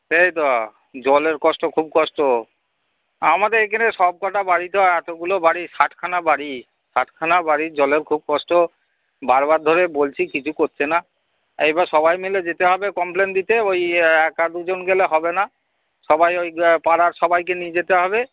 সেই তো জলের কষ্ট খুব কষ্ট আমাদের এখানে সবকটা বাড়ি তো এতগুলো বাড়ি ষাটখানা বাড়ি ষাটখানা বাড়ির জলের খুব কষ্ট বারবার ধরে বলছি কিছু করছে না এইবার সবাই মিলে যেতে হবে কমপ্লেন দিতে ওই একা দুজন গেলে হবে না সবাই ওই যে পাড়ার সবাইকে নিই যেতে হবে